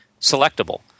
selectable